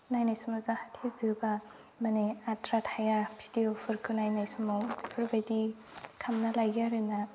नायनाय समाव जाहाथे जोबा माने आद्रा थाया भिडिय'फोरखौ नायनाय समाव बेफोरबायदि खालामना लायो आरोना